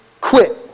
quit